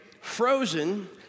Frozen